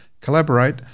collaborate